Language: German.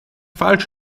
falsch